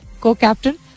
co-captain